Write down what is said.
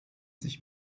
sich